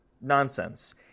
Nonsense